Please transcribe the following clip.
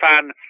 fan